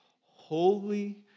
holy